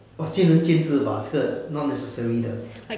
oh 见仁见智吧这个 non necessary 的